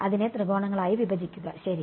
അതിനെ ത്രികോണങ്ങളായി വിഭജിക്കുക ശരി